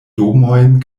domojn